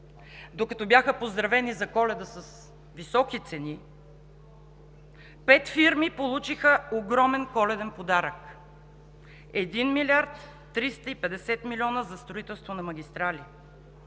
докато бяха поздравени за Коледа с високи цени, пет фирми получиха огромен коледен подарък: 1 млрд. 350 млн. за строителство на магистрали!